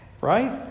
right